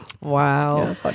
Wow